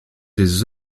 des